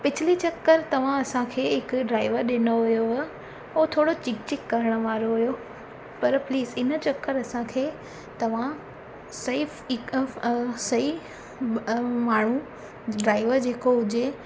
पिछली चक्कर तव्हां असांखे हिकु ड्राइवर ॾिनो हुयो हुयव हो थोरो चिक चिक करण वारो हुयो पर प्लीज़ इन चक्कर असांखे तव्हां सई इकफ अ सई अ माण्हू ड्राइवर जेको हुजे